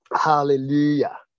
Hallelujah